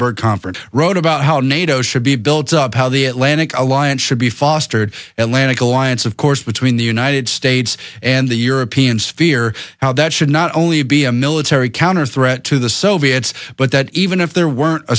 bird conference wrote about how nato should be built up how the atlantic alliance should be fostered atlantica alliance of course between the united states and the european sphere how that should not only be a military counter threat to the soviets but that even if there weren't a